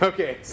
Okay